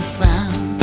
found